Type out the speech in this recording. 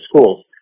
schools